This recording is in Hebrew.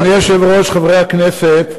אדוני היושב-ראש, חברי הכנסת,